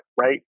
right